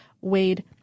weighed